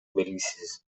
белгисиз